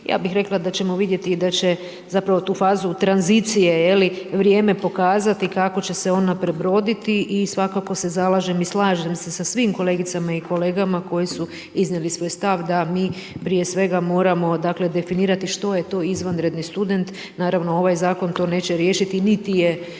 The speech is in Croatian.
ja bih rekla da ćemo vidjeti i da će zapravo tu fazu tranzicije vrijeme pokazati kako će se ona prebroditi. I svakako se zalažem i slažem se sa svim kolegicama i kolegama koji su iznijeli svoj stav da mi prije svega moramo definirati što je to izvanredni student. Naravno ovaj zakon to neće riješiti niti ovaj